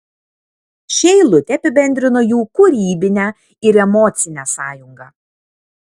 ši eilutė apibendrino jų kūrybinę ir emocinę sąjungą